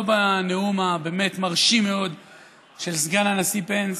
לא בנאום הבאמת-מרשים מאוד של סגן הנשיא פנס,